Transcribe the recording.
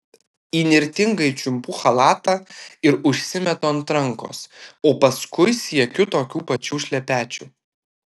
įnirtingai čiumpu chalatą ir užsimetu ant rankos o paskui siekiu tokių pačių šlepečių